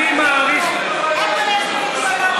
אני מעריך, איפה יש פה תפיסת עולם?